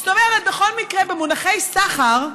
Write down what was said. זאת אומרת, בכל מקרה במונחי סחר,